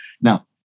Now